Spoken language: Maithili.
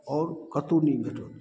आओर कतौ नहि भेटत